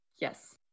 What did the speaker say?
yes